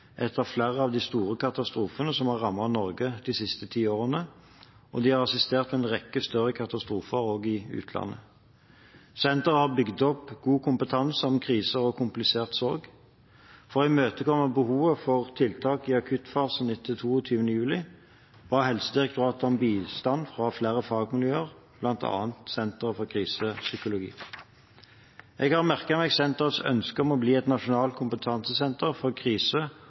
flere av de store katastrofene som har rammet Norge de siste ti årene, og de har assistert ved en rekke større katastrofer også i utlandet. Senteret har bygd opp god kompetanse om kriser og komplisert sorg. For å imøtekomme behovet for tiltak i akuttfasen etter 22. juli ba Helsedirektoratet om bistand fra flere fagmiljøer, bl.a. Senter for Krisepsykologi. Jeg har merket meg senterets ønske om å bli et nasjonalt kompetansesenter for